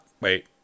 Wait